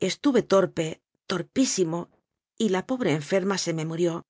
estuve torpe torpísimo y la pobre enferma se me murió